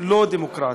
לא דמוקרטי.